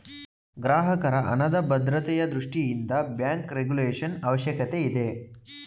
ಗ್ರಾಹಕರ ಹಣದ ಭದ್ರತೆಯ ದೃಷ್ಟಿಯಿಂದ ಬ್ಯಾಂಕ್ ರೆಗುಲೇಶನ್ ಅವಶ್ಯಕತೆ ಇದೆ